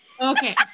Okay